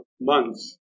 months